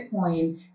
Bitcoin